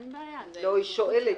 לא, היא שואלת.